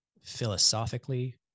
philosophically